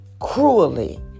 cruelly